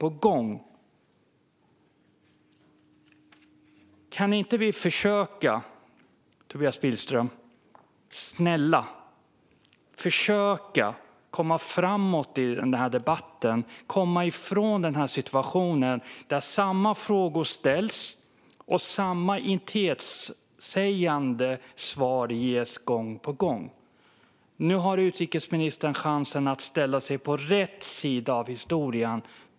Kan vi inte, snälla Tobias Billström, försöka komma framåt i denna debatt och komma ifrån denna situation där samma frågor ställs och samma intetsägande svar ges gång på gång? Nu har utrikesministern chansen att ställa sig på rätt sida av historien.